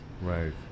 Right